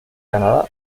canadá